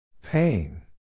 Pain